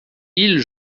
ils